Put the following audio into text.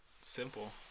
simple